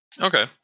Okay